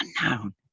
unknown